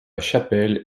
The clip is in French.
chapelle